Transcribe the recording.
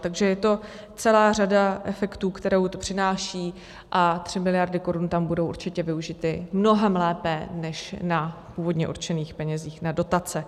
Takže je to celá řada efektů, které to přináší, a 3 mld. korun tam budou určitě využity mnohem lépe než na původně určených penězích na dotace.